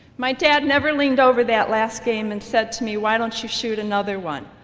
my dad never leaned over that last game and said to me, why don't you shoot another one.